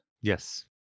Yes